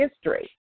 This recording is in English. history